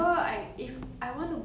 我会 just gladly take it